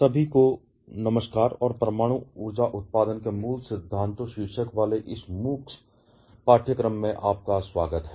सभी को नमस्कार और परमाणु ऊर्जा उत्पादन के मूल सिद्धांतों शीर्षक वाले इस MOOCs पाठ्यक्रम में आपका स्वागत है